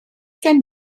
gen